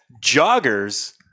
Joggers